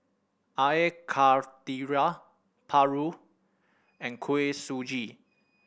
Air Karthira Paru and Kuih Suji